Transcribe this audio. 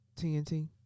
TNT